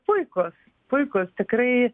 puikūs puikūs tikrai